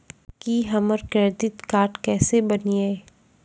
की हमर credit card केसे बनिये?